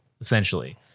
essentially